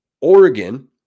Oregon